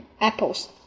apples